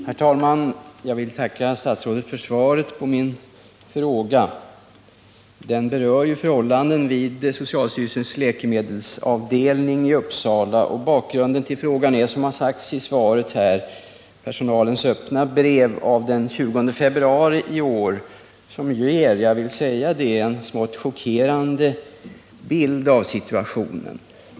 Herr talman! Jag vill tacka statsrådet för svaret på min fråga, som berör förhållandena vid socialstyrelsens läkemedelsavdelning i Uppsala. Bakgrunden till frågan är, som har sagts i svaret, personalens öppna brev av den 20 februari i år, som ger en smått chockerande bild av situationen.